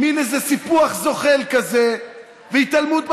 מין סיפוח זוחל כזה והתעלמות מהמציאות.